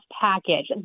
package